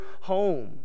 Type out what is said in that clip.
home